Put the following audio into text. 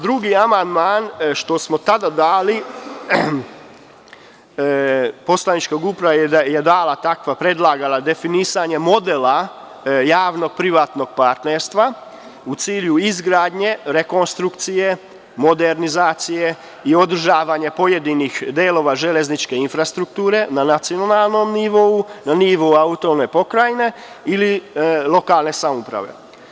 Drugim amandmanom što smo tada dali poslanička grupa je predlagala definisanje modela javnog privatnog partnerstva u cilju izgradnje, rekonstrukcije, modernizacije i održavanja pojedinih delova železničke infrastrukture na nacionalnom nivou, na nivou autonomne pokrajine ili lokalne samouprave.